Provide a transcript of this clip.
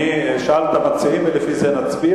אני אשאל את המציעים, ולפי זה נצביע.